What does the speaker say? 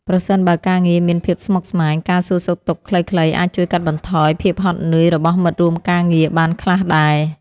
ប្រសិនបើការងារមានភាពស្មុគស្មាញ ការសួរសុខទុក្ខខ្លីៗអាចជួយកាត់បន្ថយភាពហត់នឿយរបស់មិត្តរួមការងារបានខ្លះដែរ។